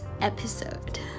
episode